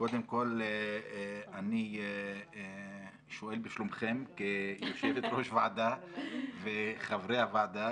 קודם כל אני שואל בשלומכם כיושבת-ראש ועדה וחברי הוועדה,